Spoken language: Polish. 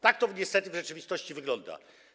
Tak to niestety w rzeczywistości wygląda.